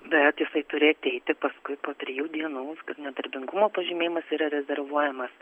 bet jisai turi ateiti paskui po trijų dienų nedarbingumo pažymėjimas yra rezervuojamas